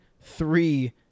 three